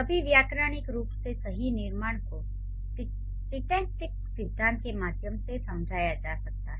सभी व्याकरणिक रूप से सही निर्माण को सिंटैक्टिक सिद्धांतों के माध्यम से समझाया जा सकता है